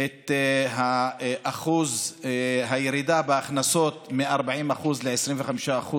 את שיעור הירידה בהכנסות מ-40% ל-25%,